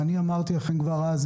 ואמרתי לכם כאר אז,